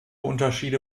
unterschiede